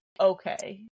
okay